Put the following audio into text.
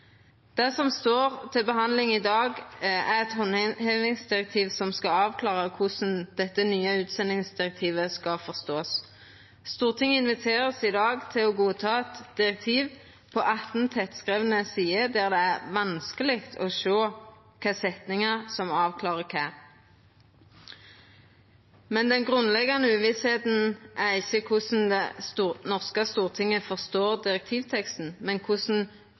Det som er til behandling i dag, er eit handhevingsdirektiv som skal avklara korleis dette nye utsendingsdirektivet skal forståast. Stortinget vert i dag invitert til å godta eit direktiv på 18 tettskrivne sider, der det er vanskeleg å sjå kva setningar som avklarar kva. Den grunnleggjande uvissheita er ikkje korleis det norske storting forstår direktivteksten, men korleis